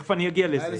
תכף אני אגיע לזה.